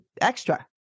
extra